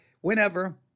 whenever